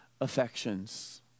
affections